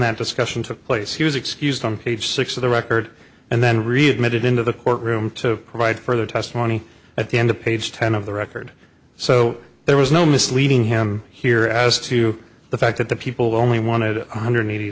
that discussion took place he was excused on page six of the record and then readmitted into the court room to provide further testimony at the end of page ten of the record so there was no misleading him here as to the fact that the people only wanted one hundred eighty